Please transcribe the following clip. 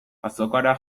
azokara